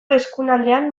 eskuinaldean